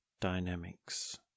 dynamics